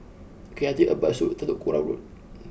can I take a bus to Telok Kurau Road